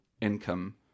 income